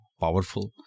powerful